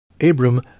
Abram